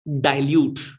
dilute